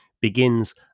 begins